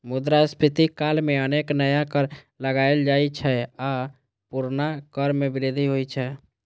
मुद्रास्फीति काल मे अनेक नया कर लगाएल जाइ छै आ पुरना कर मे वृद्धि होइ छै